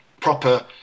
proper